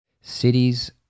cities